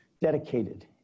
Dedicated